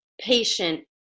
patient